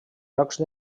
llocs